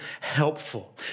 helpful